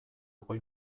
goi